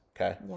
okay